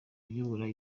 uyobora